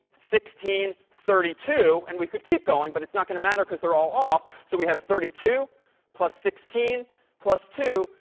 sixteen, thirty two, and we could keep going. but it's not going to matter because they're all off. so we have thirty two plus sixteen plus two,